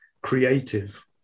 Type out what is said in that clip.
creative